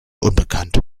unbekannt